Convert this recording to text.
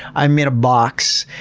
i'm in a box,